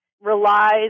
relies